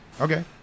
okay